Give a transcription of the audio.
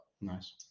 Nice